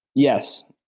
yes.